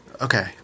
okay